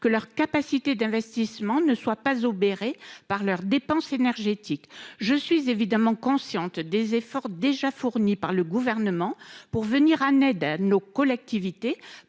que leur capacité d'investissement ne soit pas obéré par leurs dépenses énergétiques. Je suis évidemment consciente des efforts déjà fournis par le gouvernement pour venir en aide à nos collectivités